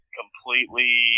completely